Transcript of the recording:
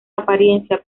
apariencia